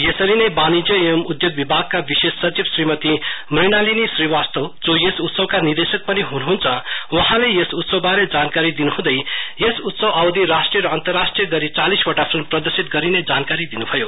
यसरी नै वाणिज्य एंव उधोग विभागका विशेष सचिव श्रीमती मृणालिनी श्रीवास्तव जो यस उत्सवका निदेशक पनि हनुहन्छ वहाँले यस उत्सव बारो जानकारी दिनुहँदै यस उत्सव अवधि राष्ट्रीय र अन्तराष्ट्रीय चालिवटा फिल्म प्रदशित गरिने जानकारी दिनु भयो